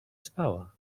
spała